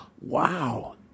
wow